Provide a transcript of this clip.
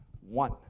one